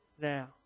now